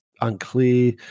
unclear